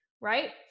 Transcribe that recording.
right